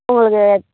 உங்களுக்கு